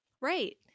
Right